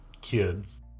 kids